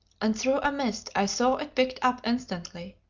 and through a mist i saw it picked up instantly.